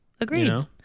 Agreed